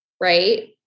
right